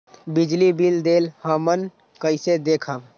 बिजली बिल देल हमन कईसे देखब?